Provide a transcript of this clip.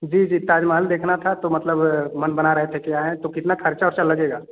जी जी ताजमहल देखना था तो मतलब मन बना रहे थे कि आएँ तो कितना खर्चा ओर्चा लगेगा